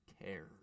cares